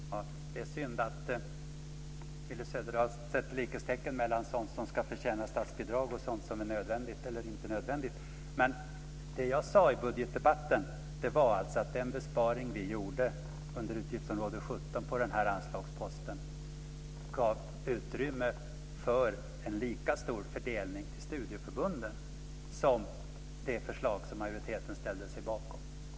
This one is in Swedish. Fru talman! Det är synd att Willy Söderdahl sätter likhetstecken mellan sådant som ska förtjäna statsbidrag och sådant som är nödvändigt eller inte nödvändigt. Det jag sade i budgetdebatten var att den besparing vi gjorde i vårt förslag på denna anslagspost under utgiftsområde 17 gav utrymme för en lika stor fördelning till studieförbunden som det förslag som majoriteten ställde sig bakom.